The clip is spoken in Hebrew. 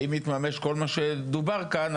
ואם יתממש כל מה שדובר כאן,